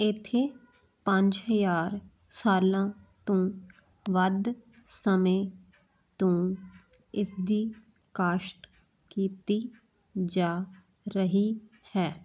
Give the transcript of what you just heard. ਇੱਥੇ ਪੰਜ ਹਜ਼ਾਰ ਸਾਲਾਂ ਤੋਂ ਵੱਧ ਸਮੇਂ ਤੋਂ ਇਸਦੀ ਕਾਸ਼ਤ ਕੀਤੀ ਜਾ ਰਹੀ ਹੈ